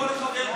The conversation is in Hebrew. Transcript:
סליחה,